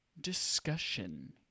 discussion